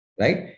right